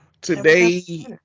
Today